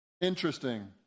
Interesting